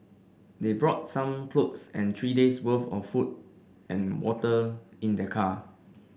they brought some clothes and three days' worth of food and water in their car